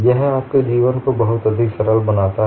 यह आपके जीवन को बहुत अधिक सरल बनाता है